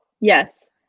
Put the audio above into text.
yes